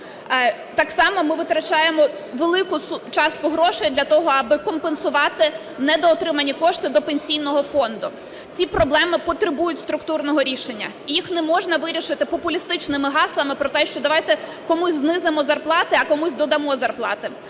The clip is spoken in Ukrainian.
Так само ми витрачаємо велику частку грошей для того, аби компенсувати недоотримані кошти до Пенсійного фонду. Ці проблеми потребують структурного рішення і їх не можна вирішити популістичними гаслами про те, що давайте комусь знизимо зарплати, а комусь додамо зарплати.